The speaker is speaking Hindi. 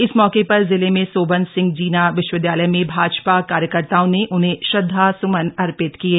इस मौके पर जिले में सोबन सिंह जीना विश्वविद्यालय में भाजपा कार्यकर्ताओं ने उन्हें श्रद्धास्मन अर्पित किये